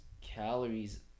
calories